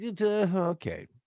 Okay